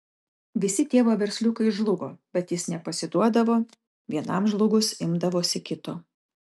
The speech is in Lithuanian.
visi tėvo versliukai žlugo bet jis nepasiduodavo vienam žlugus imdavosi kito